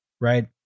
right